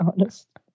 honest